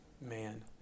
Man